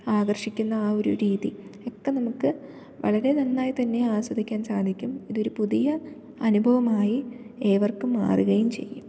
ആകർഷിക്കുന്ന ആ ഒരു രീതി ഒക്കെ നമുക്ക് വളരെ നന്നായിത്തന്നെ ആസ്വദിക്കാൻ സാധിക്കും ഇതൊരു പുതിയ അനുഭവമായി ഏവർക്കും മാറുകയും ചെയ്യും